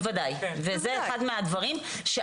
בוודאי וזה אחד מהדברים,